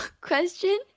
question